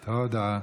תודה.